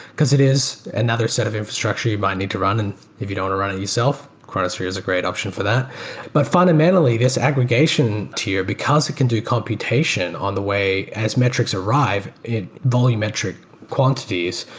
because it is another set of infrastructure you might need to run and if you don't run it yourself, chronosphere is a great option for that but fundamentally, this aggregation tier because it can do computation on the way as metrics arrived in volumetric quantities,